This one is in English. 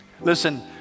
Listen